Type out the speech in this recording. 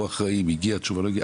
הוא אחראי אם הגיעה תשובה או לא הגיעה,